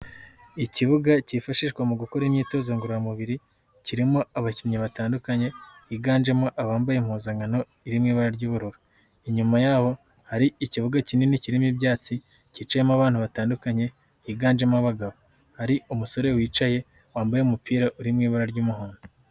Ikibuga cyifashishwa mu gukora imyitozo ngororamubiri, kirimo abakinnyi batandukanye biganjemo abambaye impuzankano iri mu ibara ry'ubururu, inyuma yabo hari ikibuga kinini kirimo ibyatsi kicayemo abana batandukanye higanjemo abagabo, hari umusore wicaye wambaye umupira uri mu ibara ry'umuhondo.